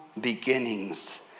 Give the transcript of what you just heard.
beginnings